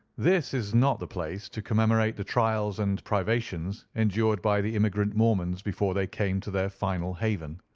this is not the place to commemorate the trials and privations endured by the immigrant mormons before they came to their final haven.